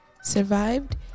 survived